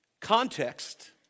context